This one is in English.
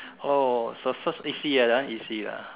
oh so first easy ah that one easy ah